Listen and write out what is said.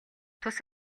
тус